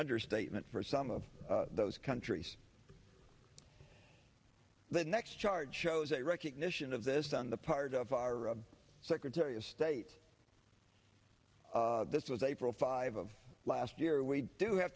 understatement for some of those countries the next chart shows a recognition of this on the part of our secretary of state this was april five of last year we do have